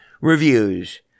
reviews